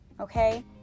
Okay